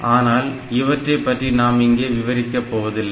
ஆனால் இவற்றைப் பற்றி நாம் இங்கே விவரிக்கப் போவதில்லை